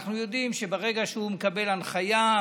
אנחנו יודעים שברגע שהוא מקבל הנחיה,